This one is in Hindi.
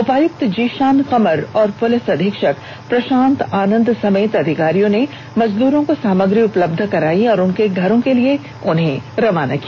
उपायुक्त जीषान कमर और प्रलिस अधीक्षक प्रषांत आनंद समेत अधिकारियों ने मजदूरों को सामग्री उपलब्ध करायी और उनके घरों के लिए रवाना किया